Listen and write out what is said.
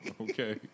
Okay